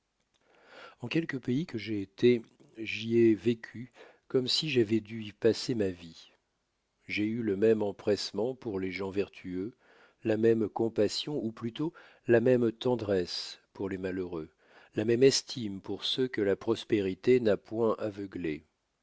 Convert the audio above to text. en quelque pays que j'aie été j'y ai vécu comme si j'avois dû y passer ma vie j'ai eu le même empressement pour les gens vertueux la même compassion ou plutôt la même tendresse pour les malheureux la même estime pour ceux que la prospérité n'a point aveuglés